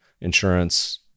insurance